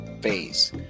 phase